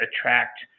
attract